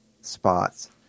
spots